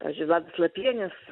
pavyzdžiui vladas lapienis